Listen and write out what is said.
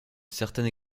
certaine